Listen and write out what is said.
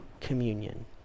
communion